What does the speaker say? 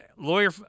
lawyer